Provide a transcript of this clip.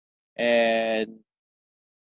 and